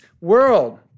world